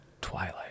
Twilight